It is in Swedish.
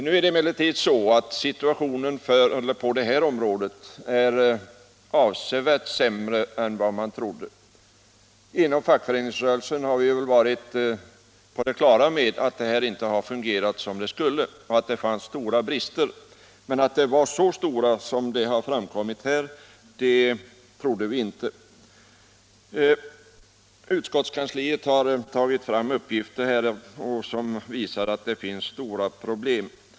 Nu är det emellertid så att situationen på detta område är avsevärt sämre än vad man trott. Inom fackföreningsrörelsen har vi varit på det klara med att denna verksamhet inte fungerat som den skulle och att det funnits stora brister, men att bristerna var så stora som det nu har visat sig trodde vi inte. Utskottskansliet har tagit fram uppgifter som visar att det finns stora problem.